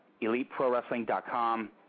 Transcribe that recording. EliteProWrestling.com